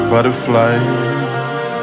Butterflies